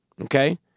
okay